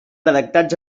redactats